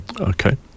Okay